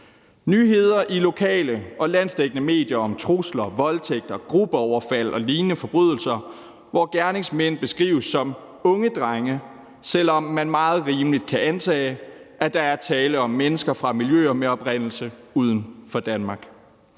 nyheder i lokale og landsdækkende medier om trusler, voldtægter, gruppeoverfald og lignende forbrydelser beskrives gerningsmænd som unge drenge, selv om man meget rimeligt kan antage, at der er tale om mennesker fra miljøer med oprindelse uden for Danmark.